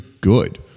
good